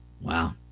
Wow